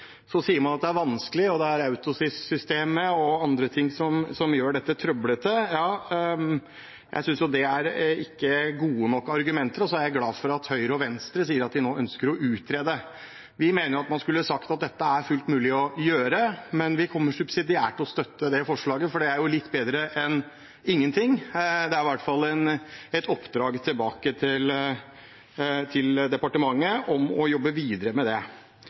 så sier man at det er vanskelig, og at det er Autosys-systemet og andre ting som gjør dette trøblete. Jeg synes ikke det er gode nok argumenter, så jeg er glad for at Høyre og Venstre sier at de nå ønsker å utrede. Vi mener at man skulle sagt at dette er fullt mulig å gjøre, men vi kommer subsidiært til å støtte det forslaget, for det er litt bedre enn ingenting. Det er i hvert fall et oppdrag tilbake til departementet om å jobbe videre med det.